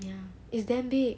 ya it's damn big